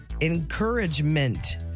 encouragement